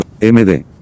MD